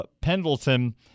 Pendleton